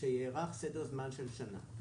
שיארך סדר זמן של שנה.